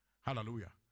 Hallelujah